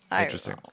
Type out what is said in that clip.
Interesting